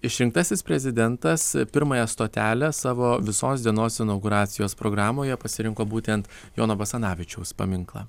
išrinktasis prezidentas pirmąją stotelę savo visos dienos inauguracijos programoje pasirinko būtent jono basanavičiaus paminklą